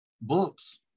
books